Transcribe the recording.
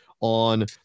on